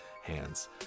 hands